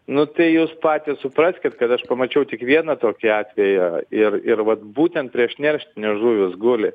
nu tai jūs patys supraskit kad aš pamačiau tik vieną tokį atveją ir ir vat būtent prieš nerštinės žuvys guli